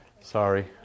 Sorry